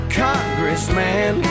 congressman